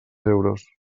euros